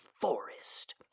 forest